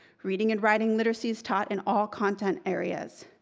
reading and writing literacy is taught in all content areas.